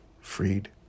freed